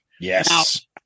Yes